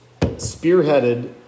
spearheaded